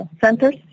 centers